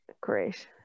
Great